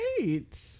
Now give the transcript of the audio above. great